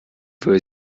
würde